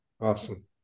Awesome